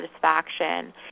satisfaction